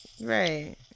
right